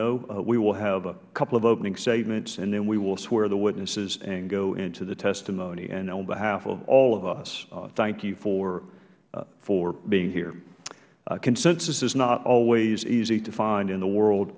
know we will have a couple of opening statements and then we will swear the witnesses and go into the testimony and on behalf of all of us thank you for being here consensus is not always easy to find in the world